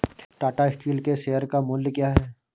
Tata steel के share का मूल्य क्या है?